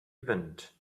event